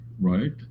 right